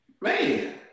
man